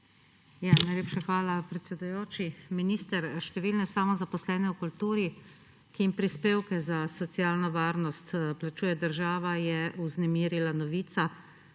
Najlepša hvala, predsedujoči. Minister, številne samozaposlene v kulturi, ki jim prispevke za socialno varnost plačuje država, je vznemirila novica,